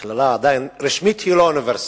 מכללה, עדיין, רשמית היא לא אוניברסיטה.